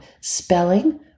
spelling